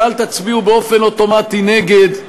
ואל תצביעו באופן אוטומטי נגד,